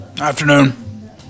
Afternoon